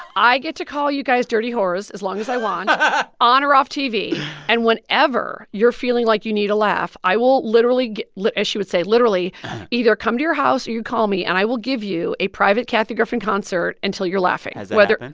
i get to call you guys dirty whores as long as i want on or off tv and whenever you're feeling like you need a laugh, i will literally, like as she would say, literally either come to your house or you call me and i will give you a private kathy griffin concert until you're laughing has it